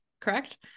correct